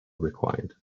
required